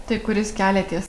tai kuris keliatės